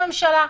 לממשלה.